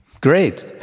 great